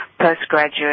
postgraduate